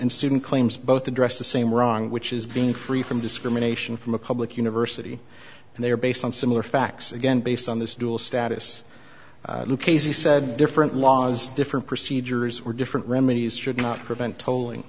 and student claims both address the same wrong which is being free from discrimination from a public university and they are based on similar facts again based on this dual status lucchese said different laws different procedures were different remedies should not prevent to